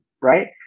right